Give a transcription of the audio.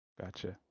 Gotcha